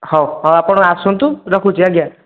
ହଉ ହଁ ଆପଣ ଆସନ୍ତୁ ରଖୁଛି ଆଜ୍ଞା